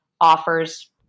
offers